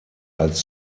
als